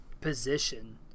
position